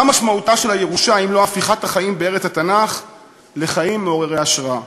מה משמעותה של הירושה אם לא הפיכת החיים בארץ התנ"ך לחיים מעוררי השראה?